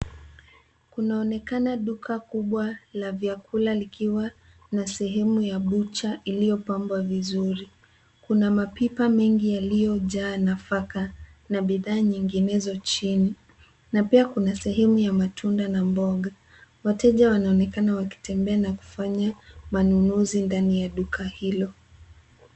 Kunaonekana duka kubwa la vyakula likiwa na sehemu ya butcher iliyopambwa vizuri. Kuna mapipa mengi yaliyojaa nafaka na bidhaa nyinginezo chini na pia kuna sehemu ya matunda na mboga. Wateja wanaonekana wakitembea na kufanya manunuzi ndani ya duka hilo.